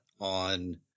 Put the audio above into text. on